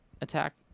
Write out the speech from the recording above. attack